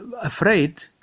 afraid